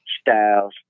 styles